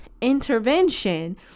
intervention